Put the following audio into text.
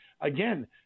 Again